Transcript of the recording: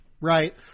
Right